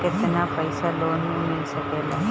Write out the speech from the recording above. केतना पाइसा लोन में मिल सकेला?